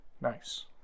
Nice